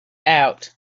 out